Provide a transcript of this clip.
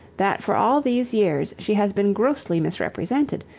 that for all these years she has been grossly misrepresented,